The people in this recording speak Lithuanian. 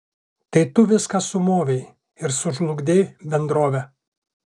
tai tu viską sumovei ir sužlugdei bendrovę